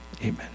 amen